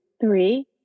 three